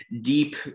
deep